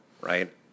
right